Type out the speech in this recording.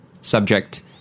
subject